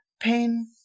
pain